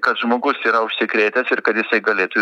kad žmogus yra užsikrėtęs ir kad jisai galėtų